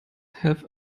have